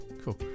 cool